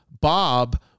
Bob